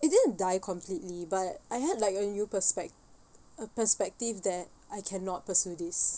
it didn't die completely but I had like a new perspec~ uh perspective that I cannot pursue this